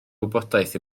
wybodaeth